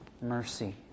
mercy